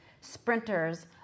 sprinters